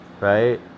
Right